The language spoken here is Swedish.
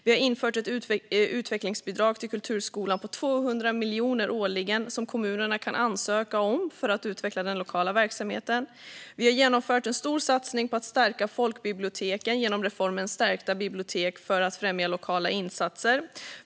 Vi har infört ett utvecklingsbidrag till kulturskolan på 200 miljoner årligen som kommunerna kan ansöka om för att utveckla den lokala verksamheten. Vi har genomfört en stor satsning på att stärka folkbiblioteken genom reformen Stärkta bibliotek, för att främja lokala insatser.